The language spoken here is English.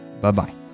Bye-bye